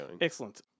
Excellent